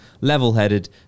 level-headed